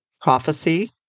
prophecy